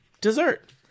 dessert